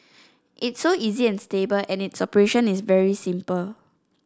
it's so easy and stable and its operation is very simple